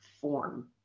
form